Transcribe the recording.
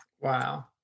Wow